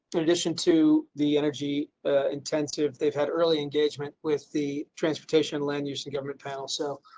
in addition to the energy intensive, they've had early engagement with the transportation land, usually government panel. so